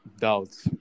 doubts